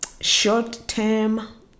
short-term